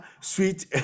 sweet